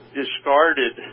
discarded